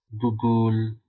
Google